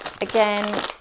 again